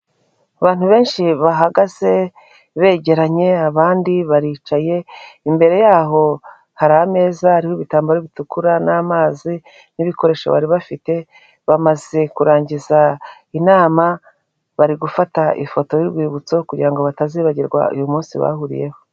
Abantu benshi bahagaze begeranye, abandi baricaye, imbere yaho hari ameza hariho ibitambaro bitukura, n'amazi, n'ibikoresho bari bafite, bamaze kurangiza inama, bari gufata ifoto y'urwibutso kugira ngo batazibagirwa uyu munsi bahuriyeho.